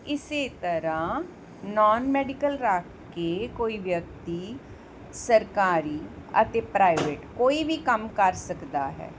ਇਸੇ ਤਰ੍ਹਾਂ non medical ਰੱਖ ਕੇ ਕੋਈ ਵਿਅਕਤੀ ਸਰਕਾਰੀ ਅਤੇ ਪ੍ਰਾਈਵੇਟ ਕੋਈ ਵੀ ਕੰਮ ਕਰ ਸਕਦਾ ਹੈ